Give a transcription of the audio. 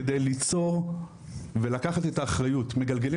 כדי ליצור ולקחת את האחריות מגלגלים